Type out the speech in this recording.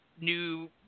new